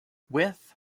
with